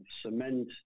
cement